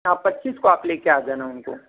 हाँ पच्चीस को आप लेकर आ जाना उनको